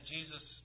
Jesus